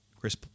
Chris